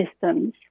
systems